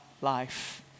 life